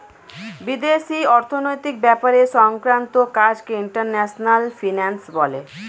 বিদেশি অর্থনৈতিক ব্যাপার সংক্রান্ত কাজকে ইন্টারন্যাশনাল ফিন্যান্স বলে